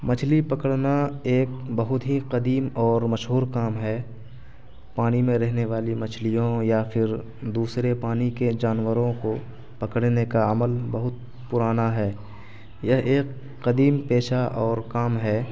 مچھلی پکڑنا ایک بہت ہی قدیم اور مشہور کام ہے پانی میں رہنے والی مچھلیوں یا پھر دوسرے پانی کے جانوروں کو پکڑنے کا عمل بہت پرانا ہے یہ ایک قدیم پیشہ اور کام ہے